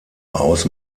aus